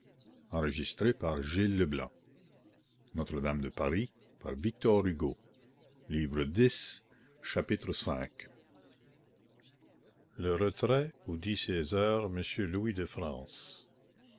appelait le retrait où dit ses heures monsieur louis de france